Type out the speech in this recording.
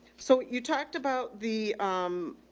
so you talked about the um,